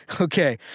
Okay